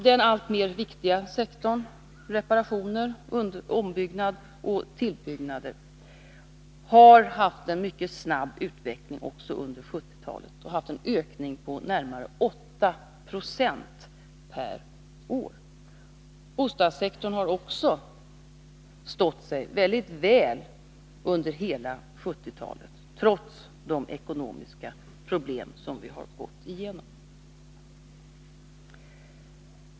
Den alltmer viktiga sektorn reparationer, ombyggnader och tillbyggnader har haft en mycket snabb utveckling under 1970-talet och har haft en ökning på närmare 8 96 per år. Bostadssektorn har också stått sig väldigt väl under hela 1970-talet, trots de ekonomiska problem som vi har gått igenom.